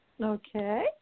Okay